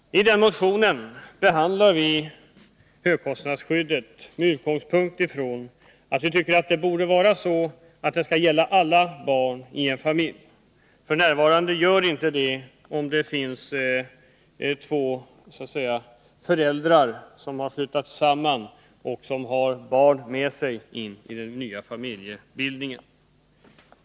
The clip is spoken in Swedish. I den motionen behandlar vi högkostnadsskyddet med utgångspunkt i uppfattningen att det borde gälla alla barn i en familj. F. n. gör det inte det, om det exempelvis är fråga om två föräldrar som har flyttat samman och som har barn med sig in i den nya familjebildningen.